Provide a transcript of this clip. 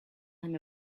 him